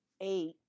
eight